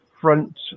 front